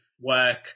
work